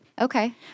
Okay